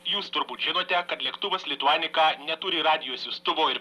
jūs turbūt žinote kad lėktuvas lituanica neturi radijo siųstuvo ir